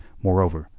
moreover,